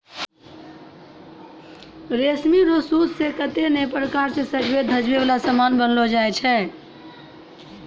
रेशमी रो सूत से कतै नै प्रकार रो सजवै धजवै वाला समान बनैलो जाय छै